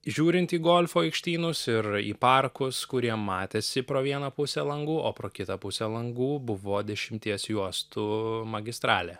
žiūrint į golfo aikštynus ir į parkus kurie matėsi pro vieną pusę langų o pro kitą pusę langų buvo dešimties juostų magistralė